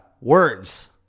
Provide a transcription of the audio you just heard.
words